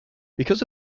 because